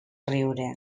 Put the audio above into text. riure